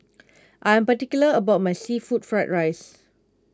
I am particular about my Seafood Fried Rice